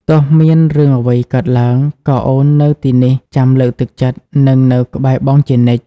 ទោះមានរឿងអ្វីកើតឡើង ក៏អូននៅទីនេះចាំលើកទឹកចិត្ត និងនៅក្បែរបងជានិច្ច។